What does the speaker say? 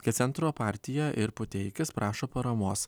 kad centro partija ir puteikis prašo paramos